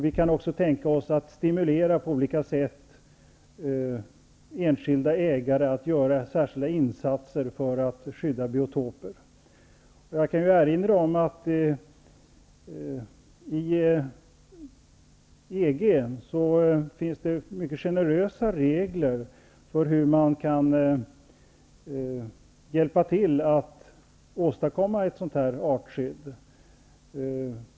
Vi kan också tänka oss att på olika sätt stimulera enskilda ägare till att göra särskilda insatser för att skydda biotoper. Jag kan erinra om att det inom EG finns mycket generösa regler för hur man kan hjälpa till att åstadkomma ett sådant artskydd.